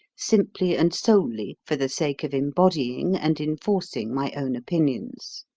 simply and solely for the sake of embodying and enforcing my own opinions.